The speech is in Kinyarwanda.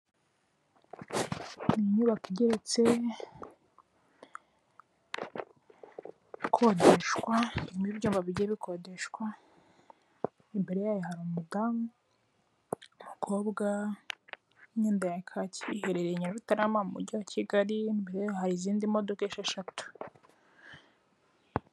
Ni inyubako igeretse ikodeshwa irimo ibyumba bigiye bikodeshwa imbere yayo hari umudamu, umukobwa mu myenda ya kake iherere Nyarutarama mu mugi wa Kigali imbere yayo hari izindi modoka esheshatu.